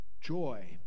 joy